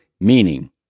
meaning